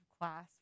class